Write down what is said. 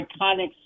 iconic